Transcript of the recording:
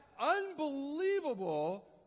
unbelievable